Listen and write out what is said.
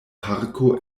parko